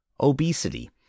obesity